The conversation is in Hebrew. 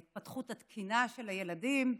להתפתחות התקינה של הילדים,